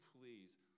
please